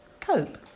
cope